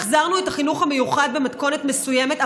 החזרנו את החינוך המיוחד במתכונת מסוימת,